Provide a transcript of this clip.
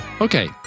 Okay